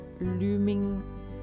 looming